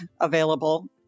available